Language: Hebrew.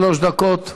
שלוש דקות.